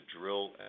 drill